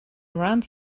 around